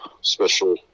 special